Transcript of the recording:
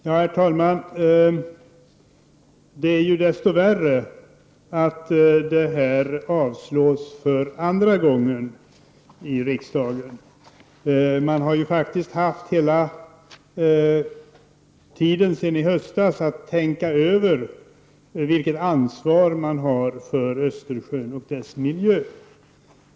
Herr talman! Det är desto värre att detta krav avslås för andra gången i riksdagen. Man har faktiskt haft hela tiden sedan i höstas att tänka över vilket ansvar man har för Östersjön och dess miljö.